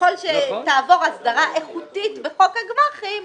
שככל שתעבור הסדרה איכותית בחוק הגמ"חים,